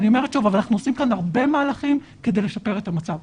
אבל אנחנו עושים כאן הרבה מהלכים כדי לשפר את המצב,